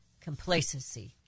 complacency